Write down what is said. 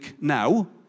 now